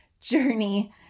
journey